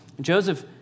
Joseph